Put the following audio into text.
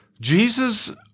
Jesus